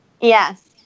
yes